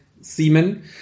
semen